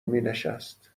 مینشست